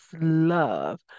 love